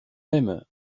même